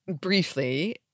briefly